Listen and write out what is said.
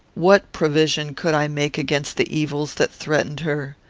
what provision could i make against the evils that threatened her?